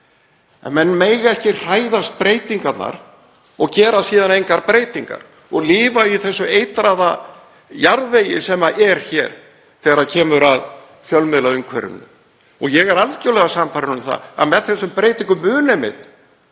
En menn mega ekki hræðast breytingarnar og gera síðan engar breytingar og lifa í þeim eitraða jarðvegi sem er hér þegar kemur að fjölmiðlaumhverfinu. Ég er algerlega sannfærður um að með þessum breytingum muni einmitt